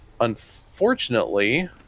unfortunately